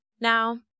Now